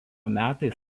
metais